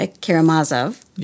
Karamazov